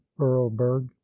erlberg